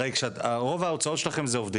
הרי רוב ההוצאות שלכם זה עובדים.